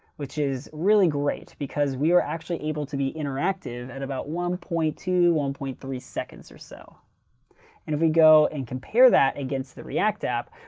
which is really great, because we are actually able to be interactive at about one point two, one point three seconds or so. and if we go and compare that against the react app,